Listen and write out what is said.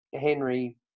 Henry